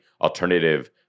alternative